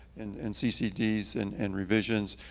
and and ccds and and revisions.